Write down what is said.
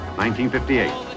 1958